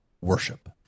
worship